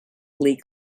glee